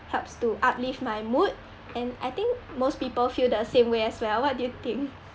helps to uplift my mood and I think most people feel the same way as well what do you think